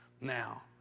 now